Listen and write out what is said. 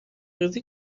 روزی